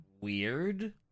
weird